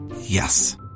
Yes